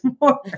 more